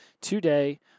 today